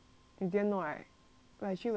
but actually will like that you go Google lah